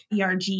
ERG